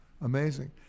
Amazing